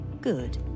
good